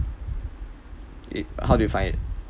it how do you find it